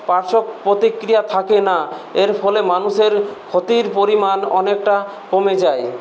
পার্শ্ব প্রতিক্রিয়া থাকে না এর ফলে মানুষের ক্ষতির পরিমাণ অনেকটা কমে যায়